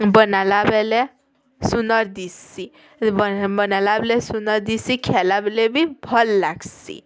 ବନାଲା ବେଲେ ସୁନ୍ଦର୍ ଦିଶ୍ଛି ବନାଲା ବେଲେ ସୁନ୍ଦର୍ ଦିଶ୍ଛି ଖେଇଲା ବେଳେ ବି ଭଲ୍ ଲାଗ୍ସି